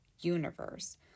universe